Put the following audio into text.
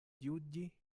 juĝi